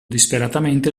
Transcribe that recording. disperatamente